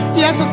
yes